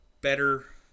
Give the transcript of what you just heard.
better